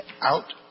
out